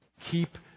Keep